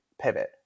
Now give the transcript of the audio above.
pivot